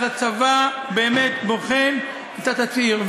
אז הצבא באמת בוחן את התצהיר,